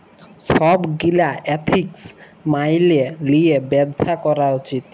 ছব গীলা এথিক্স ম্যাইলে লিঁয়ে ব্যবছা ক্যরা উচিত